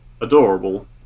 Adorable